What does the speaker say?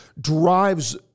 drives